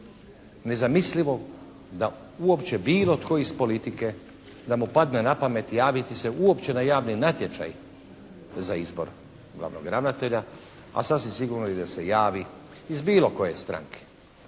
nezamislivo da uopće bilo tko iz politike da mu padne na pamet javiti se uopće na javni natječaj za izbor glavnog ravnatelja, a sasvim sigurno i da se javi iz bilo koje stranke,